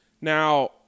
Now